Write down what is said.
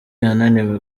yananiwe